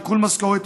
עיקול משכורת,